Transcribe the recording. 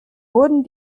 wurden